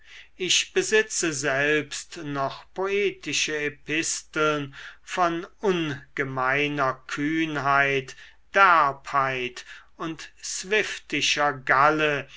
ich besitze selbst noch poetische episteln von ungemeiner kühnheit derbheit und swiftischer galle